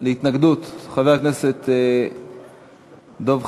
התנגדות, חבר הכנסת דב חנין.